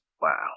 Wow